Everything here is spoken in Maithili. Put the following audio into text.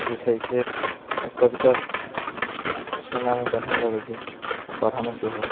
जे छै से कविता सुनऽमे बढ़िआँ लगै छै आओर पढ़ऽमे सेहो